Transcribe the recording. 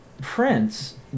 Prince